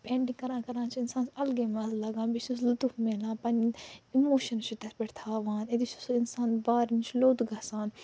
painting کَران کَران چھِ اِنسانَس اَلگٕے مَزٕ لگان بیٚیہِ چھُس لُطُف میلان پَنٕنۍ اِموشن چھُ تتھ پٮ۪ٹھ تھاوان أتی چھُ سُہ اِنسان بارٕ نِش لوٚت گَژھان